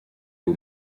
był